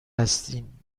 هستیم